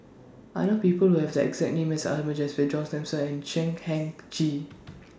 I know People Who Have The exact name as Ahmad Jaafar John Thomson and Chan Heng Chee